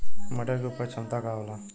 मटर के उपज क्षमता का होला?